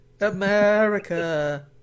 America